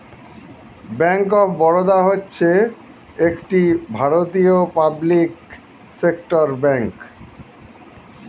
bank of Baroda হচ্ছে একটি ভারতীয় পাবলিক সেক্টর ব্যাঙ্ক